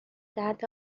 درد